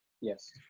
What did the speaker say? Yes